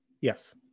Yes